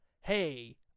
hey